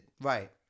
Right